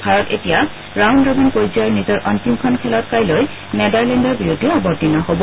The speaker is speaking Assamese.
ভাৰত এতিয়া ৰাউণ্ড ৰবীন পৰ্যায়ৰ নিজৰ অন্তিমখন খেলত কাইলৈ নেডাৰলেণ্ডৰ বিৰুদ্ধে অৱতীৰ্ণ হ'ব